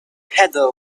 heather